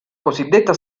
cosiddetta